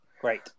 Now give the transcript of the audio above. Great